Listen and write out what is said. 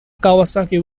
kawasaki